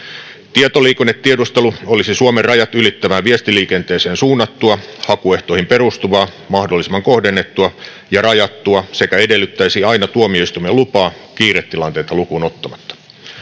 tietoliikennetiedustelu olisi suomen rajat ylittävää viestiliikenteeseen suunnattua hakuehtoihin perustuvaa mahdollisimman kohdennettua ja rajattua sekä edellyttäisi aina tuomioistuimen lupaa kiiretilanteita lukuun ottamatta